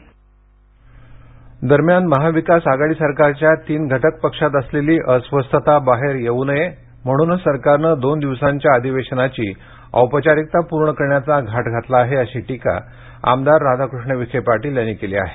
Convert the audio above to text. विखे आरोप अहमदनगर दरम्यान महाविकास आघाडी सरकारच्या तीन घटक पक्षात असलेली अस्वस्थता बाहेर येवू नये म्हणूनच सरकारने दोन दिवसांच्या अधिवेशनाची औपचारिकता पूर्ण करण्याचा घाट घातला आहे अशी टीका आमदार राधाकृष्ण विखे पाटील यांनी केली आहे